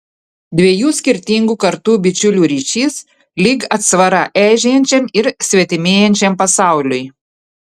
dviejų skirtingų kartų bičiulių ryšys lyg atsvara eižėjančiam ir svetimėjančiam pasauliui